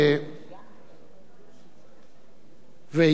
ויש גם רשות דיבור לחבר הכנסת מקלב.